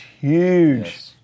huge